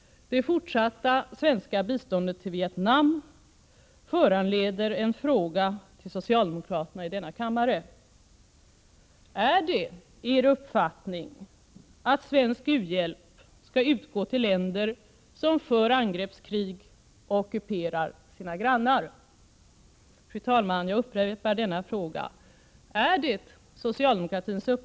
Det fortsatta svenska biståndet till Vietnam föranleder en fråga till socialdemokraterna i denna kammare: Är det er uppfattning att svensk u-hjälp skall utgå till länder som för angreppskrig och ockuperar sina grannar? Fru talman!